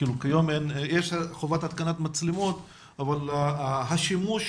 יש חובת התקנת מצלמות אבל השימוש